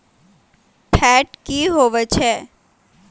Fat की होवछै?